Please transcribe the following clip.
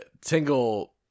Tingle